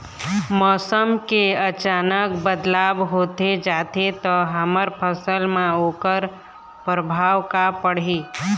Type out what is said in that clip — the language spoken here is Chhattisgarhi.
मौसम के अचानक बदलाव होथे जाथे ता हमर फसल मा ओकर परभाव का पढ़ी?